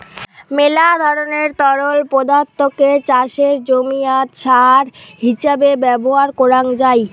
মেলা ধরণের তরল পদার্থকে চাষের জমিয়াত সার হিছাবে ব্যবহার করাং যাই